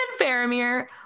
Faramir